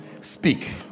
Speak